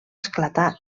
esclatar